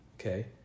Okay